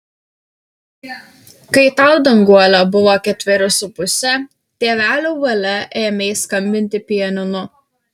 kai tau danguole buvo ketveri su puse tėvelių valia ėmei skambinti pianinu